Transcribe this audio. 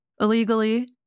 illegally